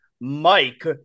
Mike